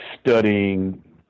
studying